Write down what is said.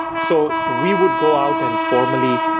so we would go out and formally,